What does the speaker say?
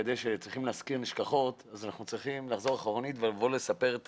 כדי להזכיר נשכחות צריך לחזור אחורנית ולספר את